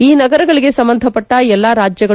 ಈ ನಗರಗಳಿಗೆ ಸಂಬಂಧಪಟ್ಟ ಎಲ್ಲಾ ರಾಜ್ಯಗಳು